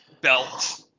belt